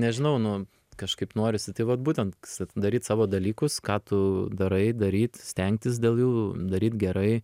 nežinau nu kažkaip norisi tai vat būtent k daryt savo dalykus ką tu darai daryt stengtis dėl jų daryt gerai